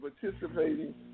participating